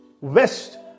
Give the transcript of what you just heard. west